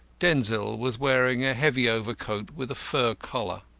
denzil was wearing a heavy overcoat with a fur collar.